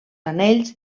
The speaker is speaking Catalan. anells